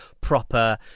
proper